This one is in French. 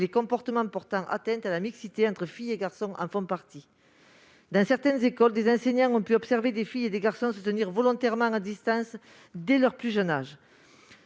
les comportements portant atteinte à la mixité entre filles et garçons en font partie. Dans certaines écoles, des enseignants ont pu observer des filles et des garçons se tenir volontairement à distance dès leur plus jeune âge.